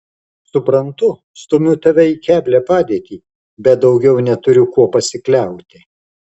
suprantu stumiu tave į keblią padėtį bet daugiau neturiu kuo pasikliauti